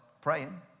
praying